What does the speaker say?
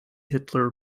hitler